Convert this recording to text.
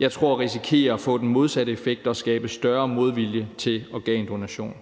jeg tror risikerer at få den modsatte effekt og skabe større modvilje mod organdonation.